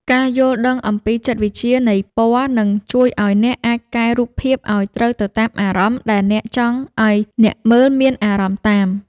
ការយល់ដឹងអំពីចិត្តវិទ្យានៃពណ៌នឹងជួយឱ្យអ្នកអាចកែរូបភាពឱ្យត្រូវទៅតាមអារម្មណ៍ដែលអ្នកចង់ឱ្យអ្នកមើលមានអារម្មណ៍តាម។